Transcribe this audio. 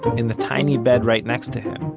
in the tiny bed right next to him,